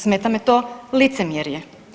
Smeta me to licemjerje.